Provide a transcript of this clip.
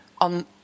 on